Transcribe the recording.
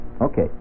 Okay